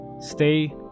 stay